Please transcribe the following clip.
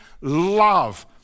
love